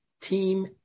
team